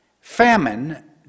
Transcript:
famine